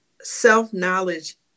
self-knowledge